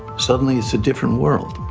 suddenly, it's a different world.